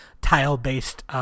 tile-based